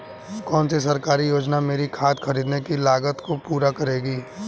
कौन सी सरकारी योजना मेरी खाद खरीदने की लागत को पूरा करेगी?